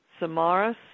Samaras